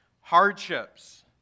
hardships